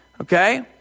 Okay